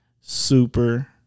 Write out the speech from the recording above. super